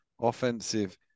offensive